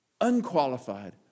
unqualified